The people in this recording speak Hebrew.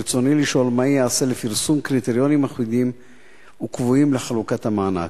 ברצוני לשאול: מה ייעשה לפרסום קריטריונים אחידים וקבועים לחלוקת המענק?